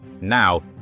Now